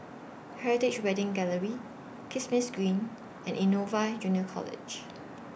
Heritage Wedding Gallery Kismis Green and Innova Junior College